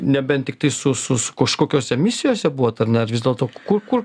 nebent tiktai su su su kažkokiose misijose buvot ar ne ar vis dėlto ku kur